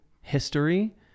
history